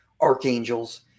archangels